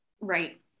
Right